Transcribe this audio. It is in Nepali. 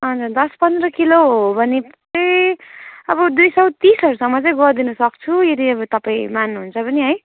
होइन दस पन्ध्र किलो हो भने चाहिँ अब दुई सय तिसहरूसम्म चाहिँ गरिदिनु सक्छु यदि तपाईँ मान्नुहुन्छ भने है